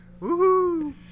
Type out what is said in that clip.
Woohoo